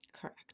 Correct